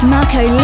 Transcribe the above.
Marco